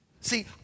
See